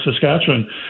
Saskatchewan